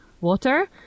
water